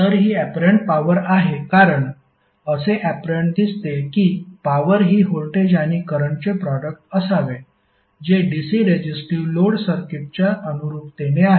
तर ही apparent power आहे कारण असे ऍपरंट दिसते की पॉवर ही व्होल्टेज आणि करंटचे प्रोडक्ट असावे जे DC रेजिस्टिव्ह लोड सर्किटच्या अनुरूपतेने आहे